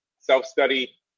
self-study